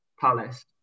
Palace